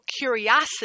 curiosity